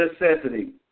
necessity